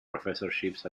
professorships